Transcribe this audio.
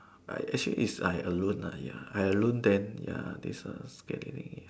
right actually is I alone lah ya I alone then ya this one was scary